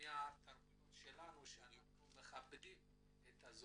מהתרבויות שלנו שאנחנו מכבדים את הזכות,